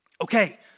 Okay